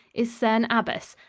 is cerne abbas,